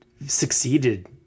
succeeded